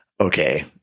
okay